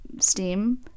STEAM